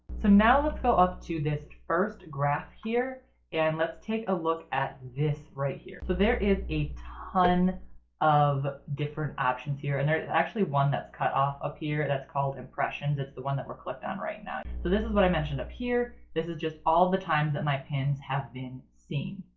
so now let's go up to this first graph here and let's take a look at this right here. so there is a ton of different options here and there's actually one that's cut off up here that's called impressions it's the one that we're clicked on right now. so this is what i mentioned up here. this is just all the times that my pins have been seen.